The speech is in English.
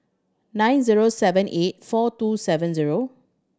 nine zero seven eight four two seven zero